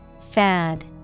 Fad